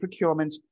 procurements